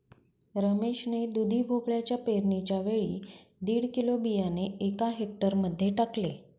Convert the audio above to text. रमेश ने दुधी भोपळ्याच्या पेरणीच्या वेळी दीड किलो बियाणे एका हेक्टर मध्ये टाकले